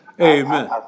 Amen